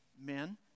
men